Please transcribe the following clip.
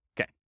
Okay